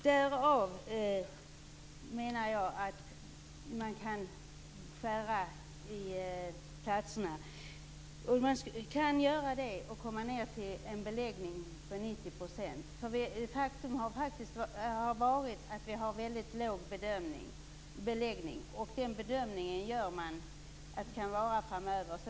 Därav menar jag att man kan skära ned antalet platser. Man kan göra det och hamna på en beläggning på 90 %. Faktum är att vi har en väldigt låg beläggning. Man gör den bedömningen att det kommer att vara så framöver.